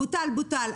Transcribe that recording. בוטל, בוטל.